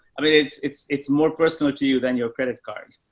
i mean it's, it's, it's more personal to you than your credit card.